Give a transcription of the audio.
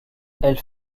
elle